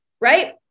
right